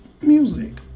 music